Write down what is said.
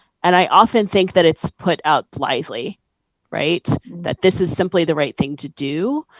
and i often think that it's put out blithely right? that this is simply the right thing to do.